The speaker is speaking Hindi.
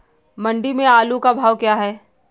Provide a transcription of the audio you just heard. मंडी में आलू का भाव क्या है?